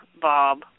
Bob